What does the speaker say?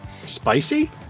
Spicy